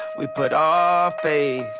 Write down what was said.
we put our faith